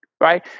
right